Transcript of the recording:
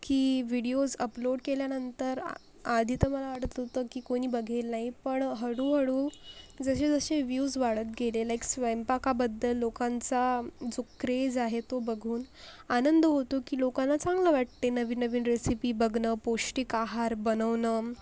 की videos upload केल्यानंतर आधी तर मला वाटलं होतं की कोणी बघेल नाही पण हळूहळू जसेजसे व्यूज वाढत गेले की लाईक स्वयंपाकाबद्दल लोकांचा जो क्रेझ आहे तो बघून आनंद होतो की लोकांना चांगलं वाटते नवीननवीन रेसिपी बघणं पोष्टिक आहार बनवणं